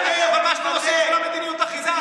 אבל מה שאתם עושים זה לא מדיניות אחידה,